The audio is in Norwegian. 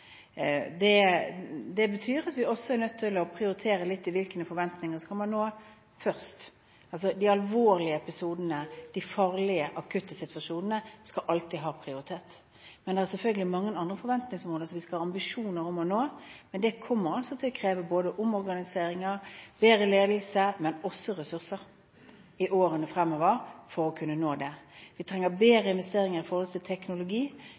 Det betyr at vi også er nødt til å prioritere hvilke forventninger man skal nå først. De alvorlige episodene og de farlige, akutte situasjonene skal alltid ha prioritet. Men det finnes selvfølgelig mange andre forventningsmål vi skal ha ambisjoner om å nå, men det kommer til å kreve både omorganisering, bedre ledelse og ressurser i årene fremover for å kunne nå det. Vi trenger bedre investeringer når det gjelder teknologi